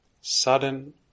sudden